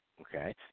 okay